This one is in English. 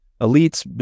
Elite's